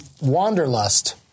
Wanderlust